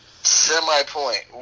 Semi-point